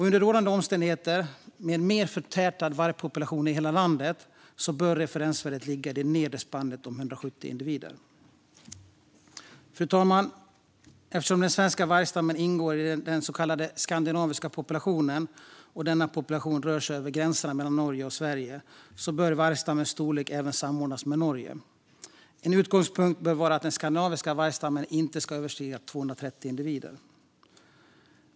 Under rådande omständigheter - med en mer förtätad vargpopulation i landet - bör referensvärdet ligga i det nedre spannet, alltså omkring 170 individer. Fru talman! Eftersom den svenska vargstammen ingår i den så kallade skandinaviska populationen, och eftersom denna population rör sig över gränsen mellan Norge och Sverige, bör vargstammens storlek samordnas med Norge. En utgångspunkt bör vara att den skandinaviska vargstammen inte ska överstiga 230 individer.